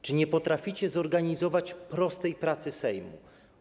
Czy nie potraficie zorganizować prostej pracy Sejmu?